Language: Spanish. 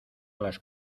las